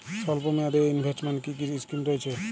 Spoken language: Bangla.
স্বল্পমেয়াদে এ ইনভেস্টমেন্ট কি কী স্কীম রয়েছে?